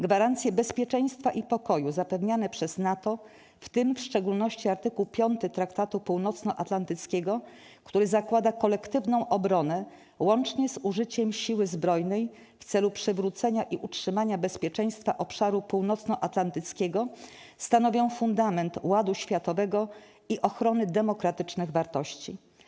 Gwarancje bezpieczeństwa i pokoju zapewniane przez NATO, w tym w szczególności art. 5 Traktatu Północnoatlantyckiego, który zakłada kolektywną obronę, 'łącznie z użyciem siły zbrojnej, w celu przywrócenia i utrzymania bezpieczeństwa obszaru północnoatlantyckiego', stanowią fundament ładu światowego i ochrony demokratycznych wartości.